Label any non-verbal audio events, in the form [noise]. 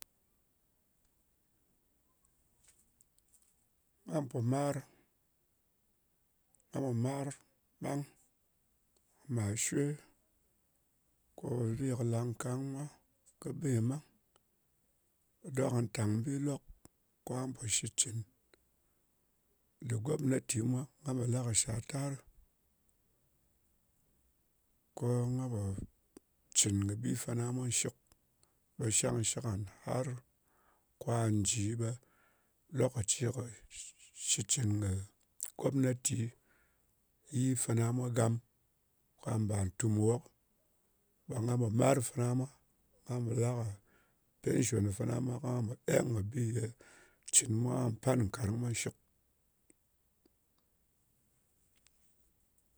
[noise] nga po marɨ. Nga pò marɨ, ɗang mar shwe. Ko bì ko langkang mwa, kɨ bɨ nƴɨ ɓang. Dok ngà tàng bi lok, ko nga pò shitcɨn dɨr gomnati mwa. Nga pò la kɨ shàl tarɨ. Ko ngà pò cɨn kɨ bi fana mwa shɨk, ɓe shangshɨk ngan har kwa nji ɓe lokaci kɨ shitcɨn kɨ gomnati, yi fana mwa gam, ka mbà tùm nwok, ɓe nga pò mar fɨna mwa, ko nga pò la kɨ pension fana mwa, ka po eng kɨ bi ye cɨn mwa, kà pan nkarng mwa shɨk. [noise]